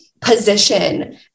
position